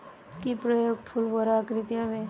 কি প্রয়োগে ফুল বড় আকৃতি হবে?